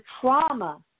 trauma